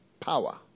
power